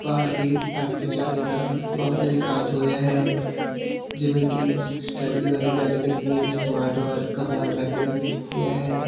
ਭਾਰਤੀ ਅਰਥਚਾਰੇ ਦਾ ਬਹੁਤ ਵਿਕਾਸ ਹੋਇਆ ਹੈ ਜਿਵੇਂ ਕਿ ਸਟੱਡੀ ਬਾਰੇ ਗੱਲ ਕਰੀਏ ਸਮਾਰਟ ਵਰਕ ਹੋਣ ਲੱਗ ਗਿਆ ਹੈ